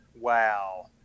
wow